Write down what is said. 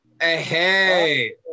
Hey